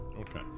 okay